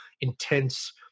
intense